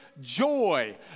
joy